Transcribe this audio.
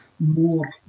more